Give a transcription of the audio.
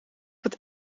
het